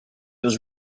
was